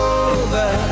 over